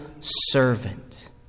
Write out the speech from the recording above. servant